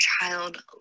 child